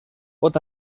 pot